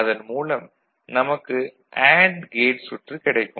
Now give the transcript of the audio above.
அதன் மூலம் நமக்கு அண்டு கேட் சுற்று கிடைக்கும்